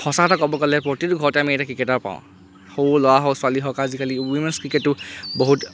সঁচা কথা ক'ব গ'লে প্ৰতিটো ঘৰতে আমি এটা ক্ৰিকেটাৰ পাওঁ সৰু ল'ৰা হওক ছোৱালী হওক আজিকালি উইমেন্ছ ক্ৰিকেটো বহুত